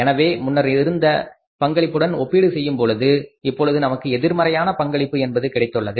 எனவே முன்னர் இருந்த பங்களிப்புடன் ஒப்பீடு செய்யும் பொழுது இப்பொழுது நமக்கு எதிர்மறையான பங்களிப்பு என்பது கிடைத்துள்ளது